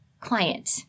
client